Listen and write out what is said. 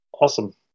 awesome